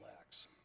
acts